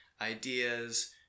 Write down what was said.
ideas